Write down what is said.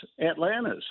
Atlanta's